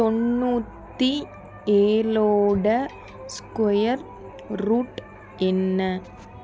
தொண்ணூற்றி ஏழோட square root என்ன